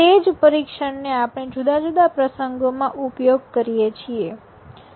તે જ પરીક્ષણને આપણે જુદા જુદા પ્રસંગોમાં ઉપયોગ કરીએ છીએ